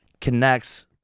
connects